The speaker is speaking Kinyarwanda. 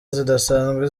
zidasanzwe